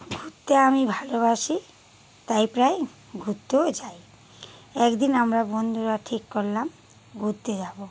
ঘুরতে আমি ভালোবাসি তাই প্রায় ঘুরতেও যাই এক দিন আমরা বন্ধুরা ঠিক করলাম ঘুরতে যাবো